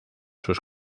sus